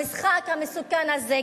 המשחק המסוכן הזה,